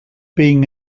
being